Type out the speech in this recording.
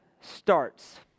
starts